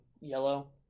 yellow